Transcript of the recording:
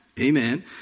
Amen